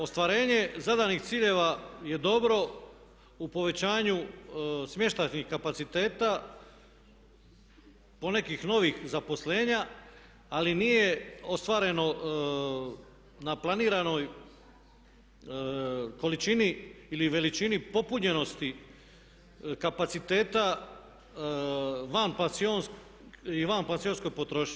Ostvarenje zadanih ciljeva je dobro u povećanju smještajnih kapaciteta po nekih novih zaposlenja, ali nije ostvareno na planiranoj količini ili veličini popunjenosti kapaciteta i vanpansionskoj potrošnji.